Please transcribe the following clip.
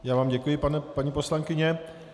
Já vám děkuji, paní poslankyně.